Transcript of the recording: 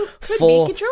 full